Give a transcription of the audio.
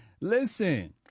Listen